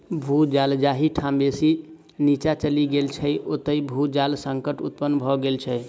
भू जल जाहि ठाम बेसी नीचाँ चलि गेल छै, ओतय भू जल संकट उत्पन्न भ गेल छै